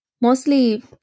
mostly